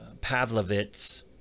Pavlovitz